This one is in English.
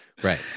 Right